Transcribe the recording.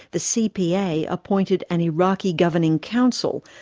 the cpa appointed an iraqi governing council,